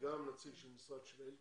וגם נציג של המשרד של השר אלקין.